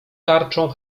tarczą